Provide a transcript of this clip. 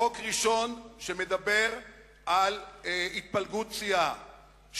חוק ראשון מדבר על התפלגות סיעה,